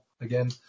again